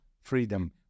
freedom